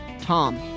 Tom